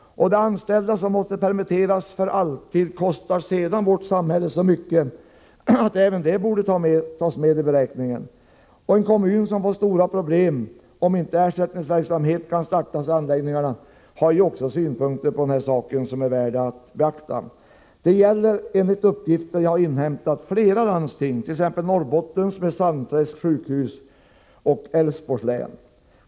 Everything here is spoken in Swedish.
De anställda som måste permitteras för alltid kostar sedan vårt samhälle så mycket att även detta borde tas med i beräkningen. En kommun som får stora problem om inte ersättningsverksamhet kan startas i anläggningarna har också synpunkter som är värda att beakta. Detta gäller, enligt uppgifter jag har inhämtat, fler landsting — t.ex. inom Norrbottens läns landsting med Sandträsks sjukhus och i Älvsborgs läns landsting.